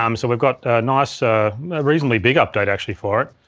um so we've got a nice ah reasonably big update, actually, for it,